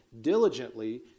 diligently